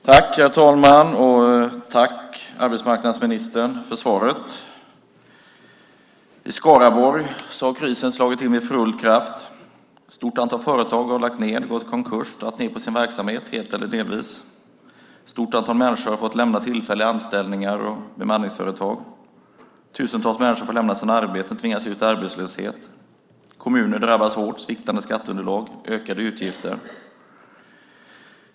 Herr talman! Jag tackar arbetsmarknadsministern för svaret. I Skaraborg har krisen slagit till med full kraft. Ett stort antal företag har lagts ned, gått i konkurs eller dragit ned på sin verksamhet helt eller delvis. Ett stort antal människor har fått lämna tillfälliga anställningar och bemanningsföretag. Tusentals människor får lämna sina arbeten och tvingas ut i arbetslöshet. Kommuner drabbas hårt av sviktande skatteunderlag och ökade utgifter.